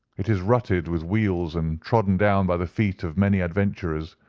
it is rutted with wheels and trodden down by the feet of many adventurers.